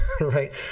right